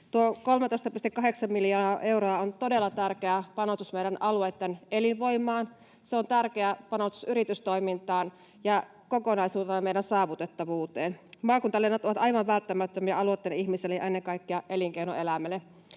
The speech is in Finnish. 13,8 miljoonaa euroa on todella tärkeä panostus meidän alueitten elinvoimaan. Se on tärkeä panostus yritystoimintaan ja kokonaisuutena meidän saavutettavuuteen. Maakuntalennot ovat aivan välttämättömiä alueitten ihmisille ja ennen kaikkea elinkeinoelämälle.